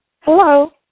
Hello